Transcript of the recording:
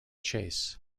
chase